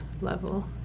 level